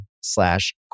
slash